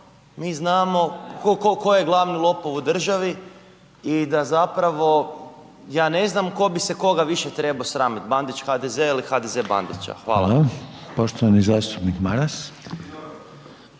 ko, ko, ko je glavni lopov u državi i da zapravo ja ne znam ko bi se koga više trebo sramit, Bandić HDZ-a ili HDZ Bandića. Hvala. **Reiner,